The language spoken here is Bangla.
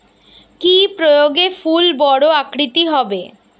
কি প্রয়োগে ফুল বড় আকৃতি হবে?